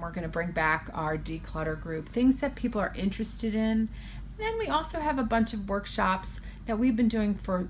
we're going to bring back our d clutter group things that people are interested in then we also have a bunch of workshops and we've been doing for